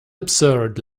absurd